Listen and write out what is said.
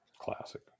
Classic